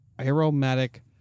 aromatic